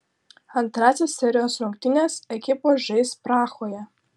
antrąsias serijos rungtynes ekipos žais prahoje